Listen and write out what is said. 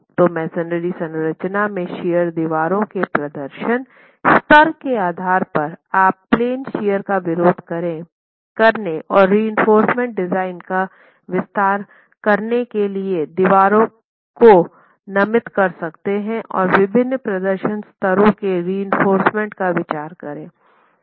तो मेसनरी संरचना में शियर दीवारों के प्रदर्शन स्तर के आधार पर आप प्लेन शियर का विरोध करने और रिइंफोर्समेन्ट डिज़ाइन का विस्तार करने के लिए दीवारों को नामित कर सकते हैं और विभिन्न प्रदर्शन स्तरों के रिइंफोर्समेन्ट का विस्तार करें